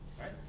right